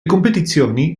competizioni